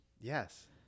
yes